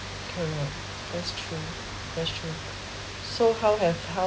correct that's true that's true so how have how